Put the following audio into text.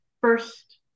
first